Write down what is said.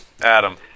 Adam